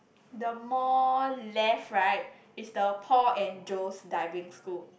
the more left right is the Paul and Joe's Diving School